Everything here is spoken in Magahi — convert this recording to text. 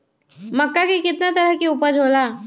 मक्का के कितना तरह के उपज हो ला?